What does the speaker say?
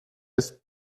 ist